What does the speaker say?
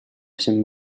всем